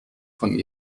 von